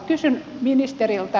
kysyn ministeriltä